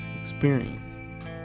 experience